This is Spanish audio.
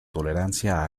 tolerancia